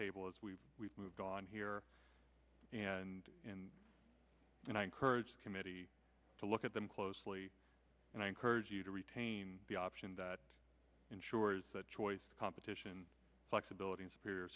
table as we we've moved on here and in and i encourage the committee to look at them closely and i encourage you to retain the option that ensures that choice competition flexibility and superior